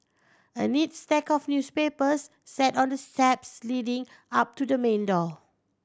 a neat stack of newspapers sat on the steps leading up to the main door